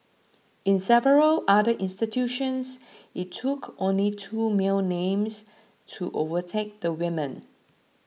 in several other institutions it took only two male names to overtake the women